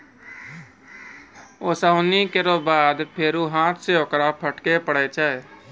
ओसौनी केरो बाद फेरु हाथ सें ओकरा फटके परै छै